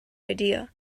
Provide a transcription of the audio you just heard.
idea